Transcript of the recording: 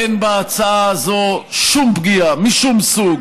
אין בהצעה הזו שום פגיעה משום סוג,